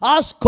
Ask